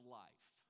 life